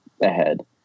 ahead